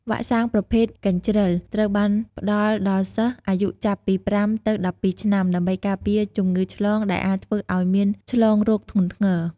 វ៉ាក់សាំងប្រភេទកញ្ជិ្រល ត្រូវបានផ្តល់ដល់សិស្សអាយុចាប់ពី៥ទៅ១២ឆ្នាំ ដើម្បីការពារជំងឺឆ្លងដែលអាចធ្វើឲ្យមានឆ្លងរោគធ្ងន់ធ្ងរ។